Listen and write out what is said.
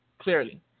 clearly